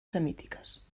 semítiques